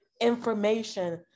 information